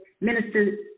ministers